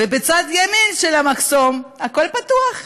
ובצד ימין של המחסום הכול פתוח.